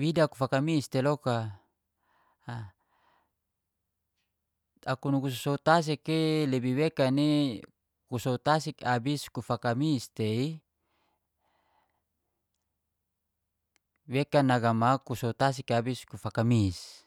"Wida ku fakamis tei loka, a aku nugu sow-sow tasik i lebi wekan ni ku sow tasik abis ku fakamis tei wekan nagamau ku sow tasik abis ku fakamis.